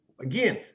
Again